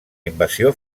invasió